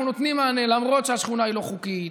אנחנו נותנים מענה, למרות שהשכונה היא לא חוקית,